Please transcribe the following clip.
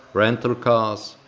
rental cars,